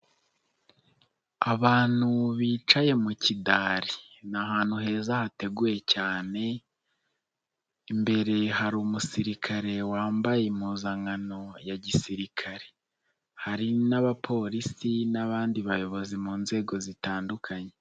Abantu bicaye mu kidari, ni ahantu heza hateguye cyane, imbere hari umusirikare wambaye impuzankano ya gisirikare, hari n'abapolisi n'abandi bayobozi mu nzego zitandukanye.